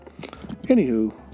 anywho